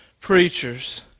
preachers